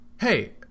hey